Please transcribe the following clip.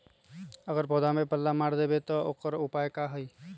अगर पौधा में पल्ला मार देबे त औकर उपाय का होई?